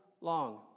long